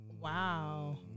wow